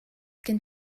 gen